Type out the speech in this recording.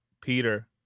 peter